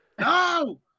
No